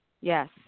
Yes